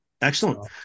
Excellent